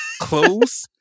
close